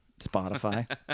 Spotify